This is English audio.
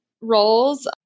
roles